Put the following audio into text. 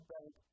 Bank